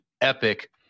epic